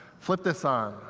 flip this on.